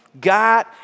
God